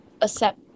accept